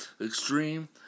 Extreme